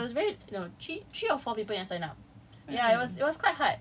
three people yang sign up ya and it was very no three three or four people yang sign up